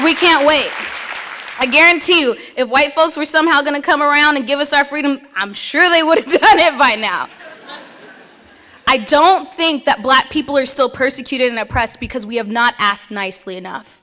we can't wait i guarantee you if white folks were somehow going to come around and give us our freedom i'm sure they would have given it by now i don't think that black people are still persecuted in the press because we have not asked nicely enough